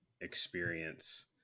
experience